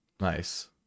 Nice